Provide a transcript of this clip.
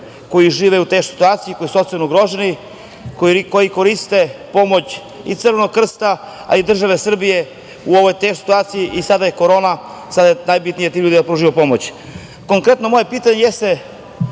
koji žive u teškoj situaciji, koji su socijalno ugroženi, koji koriste pomoć i Crvenog Krsta, a i države Srbije, u ovoj teškoj situaciji, kada je Korona, sada je najbitnije tim ljudima da pružimo pomoć. Konkretno moje pitanje, jeste